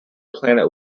planet